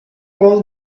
all